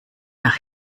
nach